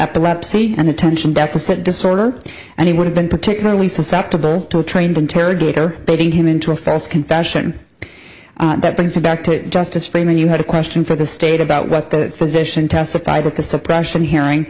epilepsy and attention deficit disorder and he would have been particularly susceptible to a trained interrogator beating him into a false confession that brings him back to justice freeman you had a question for the state about what the physician testified at the suppression hearing